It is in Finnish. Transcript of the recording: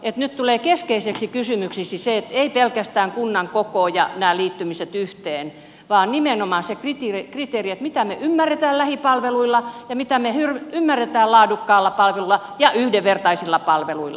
nyt tulee keskeiseksi kysymykseksi ei pelkästään kunnan koko ja nämä liittymiset yhteen vaan nimenomaan se kriteeri mitä me ymmärrämme lähipalveluilla ja mitä me ymmärrämme laadukkaalla palvelulla ja yhdenvertaisilla palveluilla